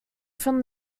from